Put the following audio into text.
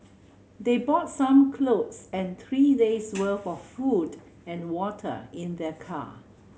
they bought some clothes and three days' work of food and water in their car